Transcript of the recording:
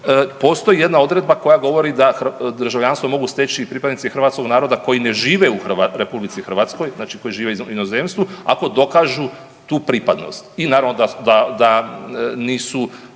postoji jedna odredba koja govori da državljanstvo mogu steći pripadnici hrvatskog naroda koji ne žive u RH, znači koji žive u inozemstvu ako dokažu tu pripadnost i naravno da nisu